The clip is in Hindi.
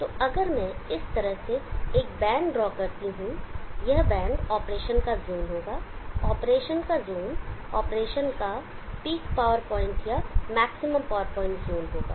तो अगर मैं इस तरह से एक बैंड ड्रॉ करता हूं यह बैंड ऑपरेशन का ज़ोन होगा ऑपरेशन का ज़ोन ऑपरेशन का पीक पावर पॉइंट या मैक्सिमम पावर पॉइंट ज़ोन होगा